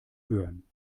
hören